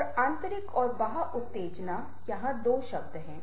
और आंतरिक और बाह्य उत्तेजना यहाँ दो शब्द हैं